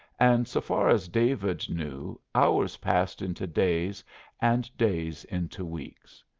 and so far as david knew hours passed into days and days into weeks.